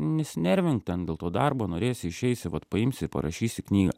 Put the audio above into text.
nesinervink ten dėl to darbo norėsi išeisi vat paimsi ir parašysi knygą